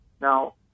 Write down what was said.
Now